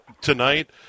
tonight